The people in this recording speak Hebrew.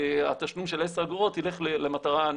התשלום של עשר אגורות ילך לניקיון,